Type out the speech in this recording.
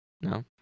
No